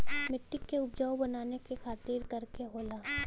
मिट्टी की उपजाऊ बनाने के खातिर का करके होखेला?